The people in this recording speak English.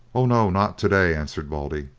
oh, no, not to-day! answered baldy.